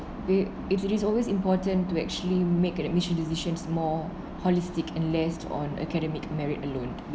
we~ it is always important to actually make a admission decisions more holistic and less on academic merit alone